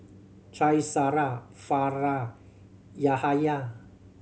Qaisara Farah Yahaya